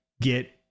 get